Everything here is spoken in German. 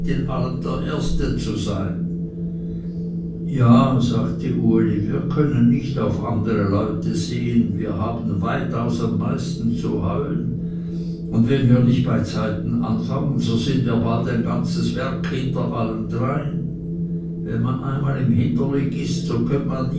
der erste zu sein ja sagte uli wir können nicht auf andere leute sehen wir haben weitaus am meisten zu heuen und wenn wir nicht beizeiten anfangen so sind wir bald ein ganzes werk hinter allen drein wenn man einmal im hinderlig ist so kömmt man